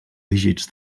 dígits